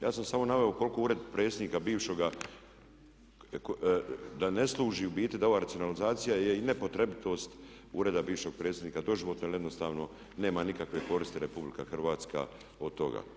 Ja sam samo naveo koliko je ured predsjednika bivšega da ne služi, da ova racionalizacija je i ne potrebitost ureda bivšeg predsjednika doživotno jer jednostavno nema nikakve koristi RH od toga.